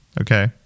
Okay